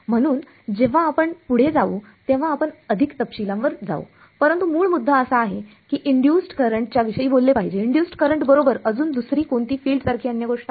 म्हणून जेव्हा आपण पुढे जाऊ तेव्हा आपण अधिक तपशीलांवर जाऊ परंतु मूळ मुद्दा असा आहे की इंड्युसड् करंटच्याविषयी बोलले पाहिजे इंड्युसड् करंट बरोबर अजून दुसरी कोणती फिल्ड सारखी अन्य गोष्ट आहे